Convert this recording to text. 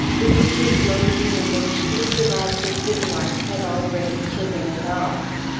with which his lonely and exclusive object in life had already put him at odds.